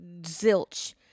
zilch